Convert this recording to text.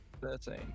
Thirteen